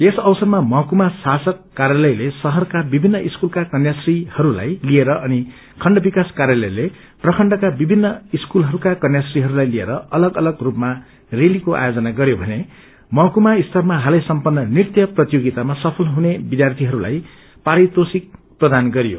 यस अवसरमा महकुमा शासक कार्यालयले शहरका विभिन्न स्कूलका कन्याश्रीहरूलाई लिएर अनि खण्ड विकास कार्यालयले प्रखण्डका विभिन्न स्कूलहरूका कन्याश्रीहरूलाई लिएर अलग अलग रूपमा रैलीको आयोज गरयो भने महकुमा स्तरमा झलै सम्पत्र नृत्य प्रतियोगितामा सफल हुने विद्यार्थीहरूलाई पारितोषिक प्रदान गरियो